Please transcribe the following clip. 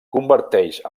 converteix